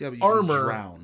armor